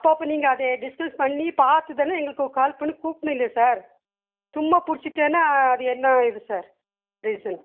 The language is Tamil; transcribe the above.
அப்பப்போ நீங்கள் அதை டிஸ்கஸ் பண்ணி பார்த்து தானா எங்களுக்கு கால் பண்ணி கூப்பிடணும் இல்லை சார் சும்மா பிடிச்சிட்டேனா அது என்ன இது சார் ரீசன்